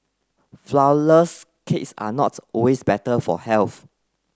flour less cakes are not always better for health